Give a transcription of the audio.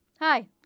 Hi